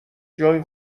جای